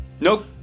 Nope